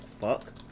fuck